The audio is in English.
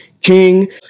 king